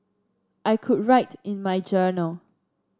I could write in my journal